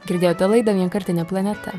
girdėjote laidą vienkartinė planeta